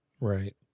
Right